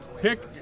pick